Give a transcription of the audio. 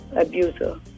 abuser